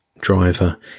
driver